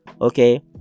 Okay